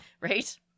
Right